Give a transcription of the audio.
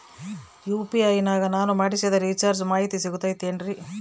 UPI ನಾಗ ನಾನು ಮಾಡಿಸಿದ ರಿಚಾರ್ಜ್ ಮಾಹಿತಿ ಸಿಗುತೈತೇನ್ರಿ?